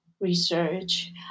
research